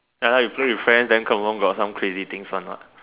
ya you play with friends then confirm got some crazy things one what